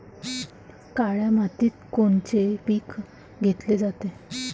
काळ्या मातीत कोनचे पिकं घेतले जाते?